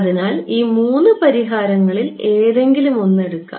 അതിനാൽ ഈ മൂന്ന് പരിഹാരങ്ങളിൽ ഏതെങ്കിലും ഒന്ന് എടുക്കാം